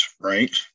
right